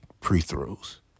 pre-throws